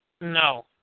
No